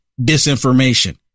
disinformation